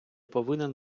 повинен